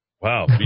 Wow